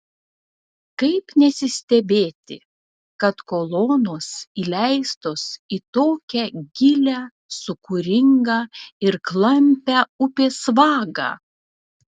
kaip nesistebėti kad kolonos įleistos į tokią gilią sūkuringą ir klampią upės vagą